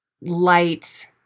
light